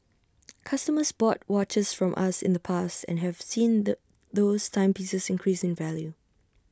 customers bought watches from us in the past and have seen the those timepieces increase in value